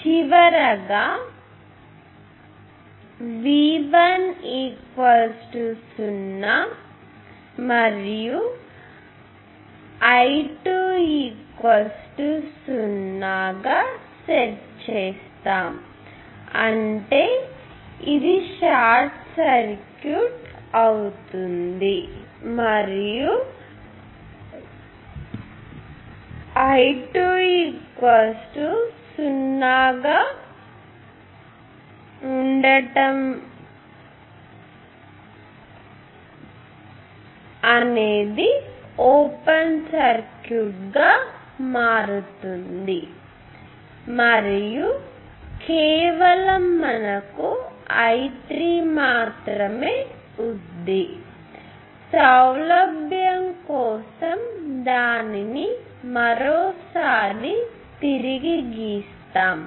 చివరిగా V1 0 మరియు I2 0 set చేస్తాను అంటే ఇది షార్ట్ సర్క్యూట్ అవుతుంది మరియు I2 0 గా ఉండటం ఓపెన్ సర్క్యూట్గా మారుతుంది మరియు కేవలం మనకు I3 మాత్రమే ఉంది మరియు సౌలభ్యం కోసం దాన్ని మరోసారి తిరిగి గీస్తాము